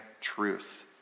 truth